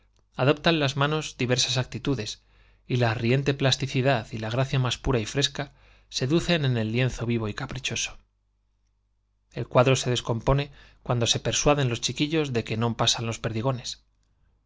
perfiles las diversas actitudes y la cuerpos adoptan manos fresca sedu riente plasticidad y la gracia más pura y cen en el lienzo vivo y caprichoso los el cuadro se descompone cuando se persuaden chiquillos de que no pasan los perdigones